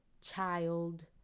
child